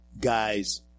guys